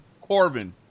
Corbin